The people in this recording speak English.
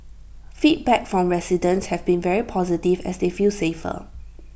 feedback from residents have been very positive as they feel safer